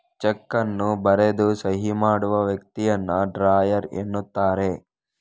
check ಅನ್ನು ಬರೆದು ಸಹಿ ಮಾಡುವ ವ್ಯಕ್ತಿಯನ್ನ ಡ್ರಾಯರ್ ಎನ್ನುತ್ತಾರೆ